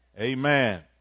Amen